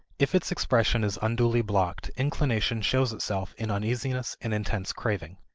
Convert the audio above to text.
if its expression is unduly blocked, inclination shows itself in uneasiness and intense craving.